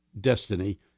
destiny